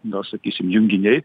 na sakysime junginiai